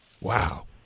Wow